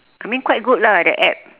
I mean quite good lah that app